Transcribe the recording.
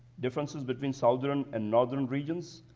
differences between southern and northern regions,